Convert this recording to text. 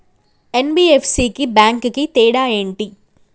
NBFC కి bank కి తేడా ఏంటి?